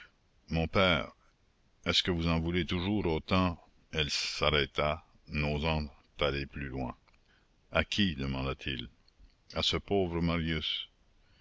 mon père est-ce que vous en voulez toujours autant elle s'arrêta n'osant aller plus loin à qui demanda-t-il à ce pauvre marius